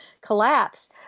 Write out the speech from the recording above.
collapse